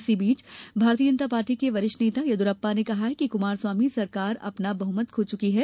इसी बीच भारतीय जनता पार्टी के वरिष्ठ नेता यदुरप्पा ने कहा है कि कुमार स्वामी सरकार अपना बहुमत खो चुकी है